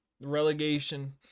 relegation